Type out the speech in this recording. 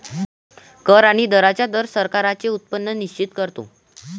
कर आणि दरांचा दर सरकारांचे उत्पन्न निश्चित करतो